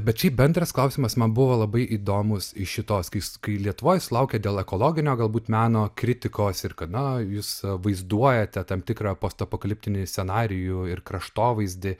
bet šiaip bendras klausimas man buvo labai įdomus iš šitos kai kai lietuvoj sulaukė dėl ekologinio galbūt meno kritikos ir kad na jūs vaizduojate tam tikrą postapokaliptinį scenarijų ir kraštovaizdį